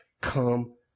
come